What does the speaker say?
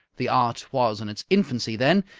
the art was in its infancy then,